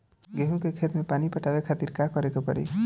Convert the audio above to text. गेहूँ के खेत मे पानी पटावे के खातीर का करे के परी?